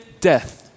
death